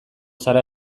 zara